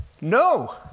no